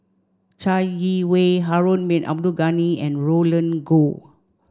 Chai Yee Wei Harun bin Abdul Ghani and Roland Goh